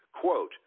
quote